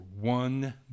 one